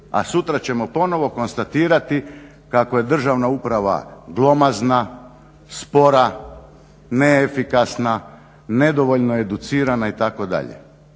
a sutra ćemo ponovo konstatirati kako je državna uprava glomazna, spora, neefikasna, nedovoljno educirana itd.